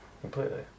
completely